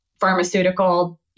pharmaceutical